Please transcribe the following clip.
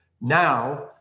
now